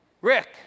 Rick